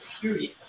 period